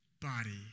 body